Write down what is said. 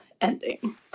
ending